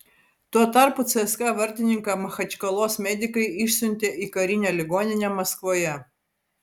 tuo tarpu cska vartininką machačkalos medikai išsiuntė į karinę ligoninę maskvoje